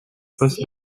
poste